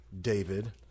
David